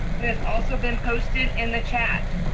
it has also been posted in the chat.